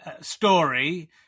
story